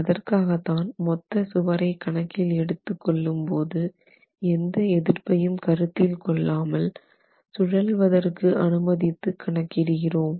அதற்காகத்தான் மொத்த சுவரை கணக்கில் எடுத்துக் கொள்ளும் போது எந்த எதிர்ப்பையும் கருத்தில் கொள்ளாமல் சுழல்வதற்கு அனுமதித்து கணக்கிடுகிறோம்